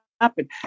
happen